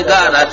God